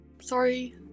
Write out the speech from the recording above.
Sorry